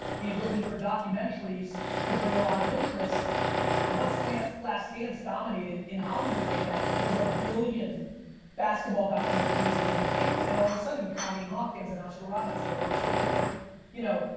the ability for documentaries to bring a lot of interest once lance last dance dominated in hollywood right now there's a billion basketball documentaries in the making. and all of a sudden connie hawkins and oscar robertson and wilt chamberlain like you know,